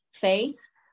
face